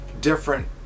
different